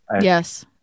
Yes